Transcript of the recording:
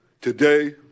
today